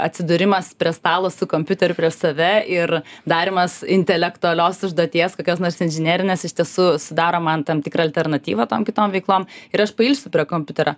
atsidūrimas prie stalo su kompiuteriu prieš save ir darymas intelektualios užduoties kokios nors inžinerinės iš tiesų sudaro man tam tikrą alternatyvą tom kitom veiklom ir aš pailsiu prie kompiuterio